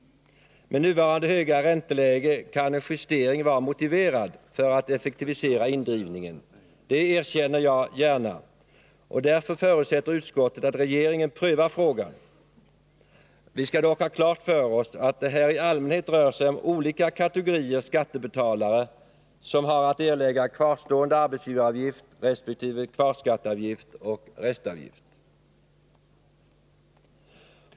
Med nuvarande höga ränteläge kan en justering vara motiverad för att effektivisera indrivningen — det erkänner jag gärna. Därför förutsätter utskottet att regeringen prövar frågan. Vi skall dock ha klart för oss att det i allmänhet är olika kategorier skattebetalare som har att erlägga kvarstående arbetsgivaravgift resp. kvarskatteavgift och restavgift.